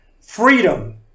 freedom